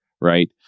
right